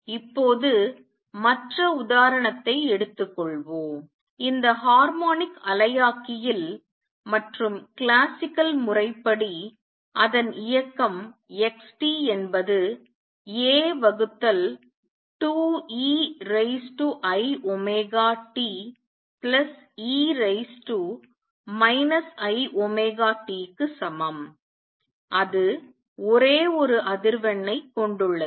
இப்போது மற்ற உதாரணத்தை எடுத்துக்கொள்வோம் இந்த ஹார்மோனிக் அலையாக்கியில் மற்றும் கிளாசிக்கல் முறைப்படி அதன் இயக்கம் x t என்பது a வகுத்தல் 2 e raise to i omega t plus e raise to minus i omega t க்கு சமம் அது ஒரே ஒரு அதிர்வெண்ணை கொண்டுள்ளது